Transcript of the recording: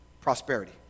Prosperity